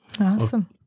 Awesome